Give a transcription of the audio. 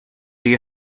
you